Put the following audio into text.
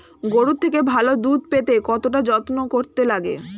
গরুর থেকে ভালো দুধ পেতে কতটা যত্ন করতে লাগে